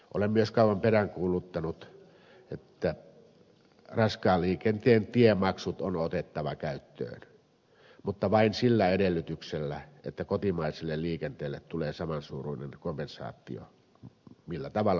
olen myös kauan peräänkuuluttanut että raskaan liikenteen tiemaksut on otettava käyttöön mutta vain sillä edellytyksellä että kotimaiselle liikenteelle tulee saman suuruinen kompensaatio millä tavalla hyvänsä